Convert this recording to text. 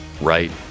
right